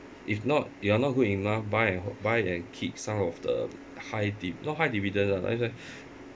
if not you are not good enough buy and buy and keep some of the high di~ not high dividend lah